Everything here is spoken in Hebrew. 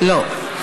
לא.